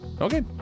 okay